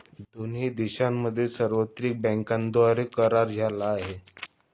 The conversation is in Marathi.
दोन्ही देशांमध्ये सार्वत्रिक बँकांद्वारे करार झाला आहे